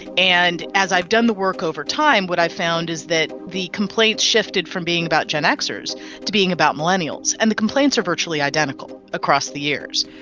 and as i've done the work over time, what i've found is that the complaints shifted from being about gen xers to being about millennials, and the complaints are virtually identical across the years.